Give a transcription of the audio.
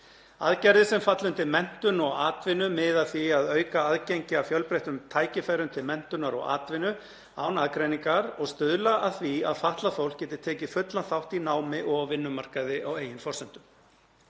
Aðgerðir sem falla undir menntun og atvinnu miða að því að auka aðgengi að fjölbreyttum tækifærum til menntunar og atvinnu án aðgreiningar og stuðla að því að fatlað fólk geti tekið fullan þátt í námi og á vinnumarkaði á eigin forsendum.